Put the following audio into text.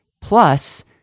Plus